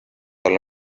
alla